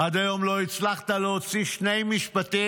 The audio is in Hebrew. עד היום לא הצלחת להוציא שני משפטים,